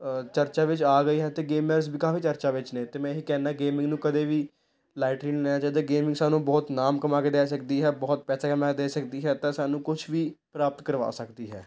ਚਰਚਾ ਵਿੱਚ ਆ ਗਈ ਹੈ ਅਤੇ ਗੇਮਰਜ਼ ਵੀ ਕਾਫੀ ਚਰਚਾ ਵਿੱਚ ਨੇ ਅਤੇ ਮੈਂ ਇਹ ਕਹਿੰਦਾ ਗੇਮਿੰਗ ਨੂੰ ਕਦੇ ਵੀ ਲਾਈਟਲੀ ਨਹੀਂ ਲਿਆ ਜਾਏ ਗੇਮਿੰਗ ਸਾਨੂੰ ਬਹੁਤ ਨਾਮ ਕਮਾ ਕੇ ਦੇ ਸਕਦੀ ਹੈ ਬਹੁਤ ਪੈਸਾ ਕਮਾ ਦੇ ਸਕਦੀ ਹੈ ਤਾਂ ਸਾਨੂੰ ਕੁਛ ਵੀ ਪ੍ਰਾਪਤ ਕਰਵਾ ਸਕਦੀ ਹੈ